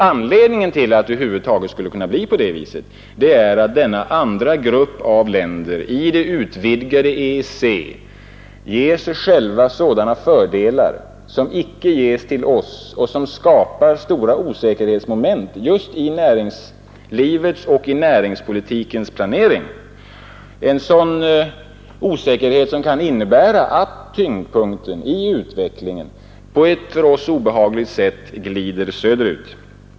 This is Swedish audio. Anledningen till att det skulle kunna bli på det sättet är att länderna i det utvidgade EEC ger sig själva fördelar som icke ges till oss och som skapar stora osäkerhetsmoment i näringslivets och näringspolitikens planering. Det kan innebära att tyngdpunkten i utvecklingen på ett för oss obehagligt sätt glider söderut.